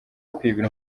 kwiba